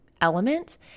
element